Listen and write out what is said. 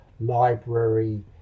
library